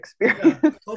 experience